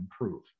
improve